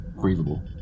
breathable